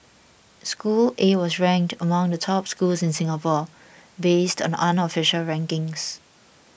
school A was ranked among the top schools in Singapore based on unofficial rankings